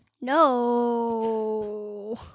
No